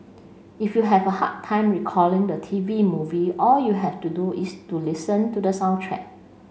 if you have a hard time recalling the T V movie all you have to do is to listen to the soundtrack